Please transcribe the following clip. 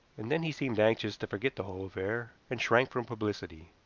and then he seemed anxious to forget the whole affair, and shrank from publicity.